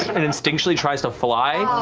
and instinctually tries to fly,